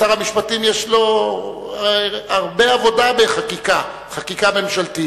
לשר המשפטים יש הרבה עבודה בחקיקה ממשלתית.